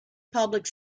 public